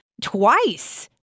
twice